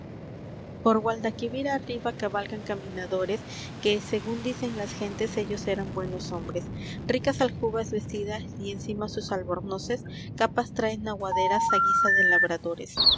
por guadalquivir arriba cabalgan caminadores que según dicen las gentes ellos eran buenos hombres ricas aljubas vestidas y encima sus albornoces capas traen aguaderas á guisa de labradores